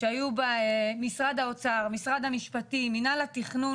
שהיו בה משרד האוצר משרד המשפטים מינהל התכנון